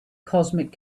cosmic